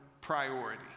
priority